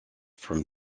from